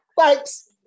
Thanks